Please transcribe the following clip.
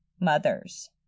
Mothers